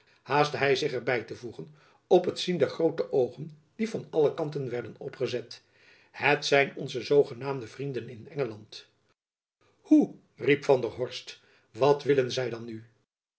haastte hy zich er by te voegen op het zien der groote oogen die van alle kanten werden opgezet het zijn onze zoogenaamde vrienden in engeland hoe riep van der horst wat willen zy dan nu